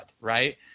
right